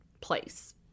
place